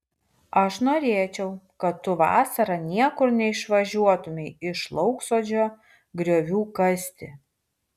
aš norėčiau kad tu vasarą niekur neišvažiuotumei iš lauksodžio griovių kasti